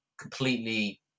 completely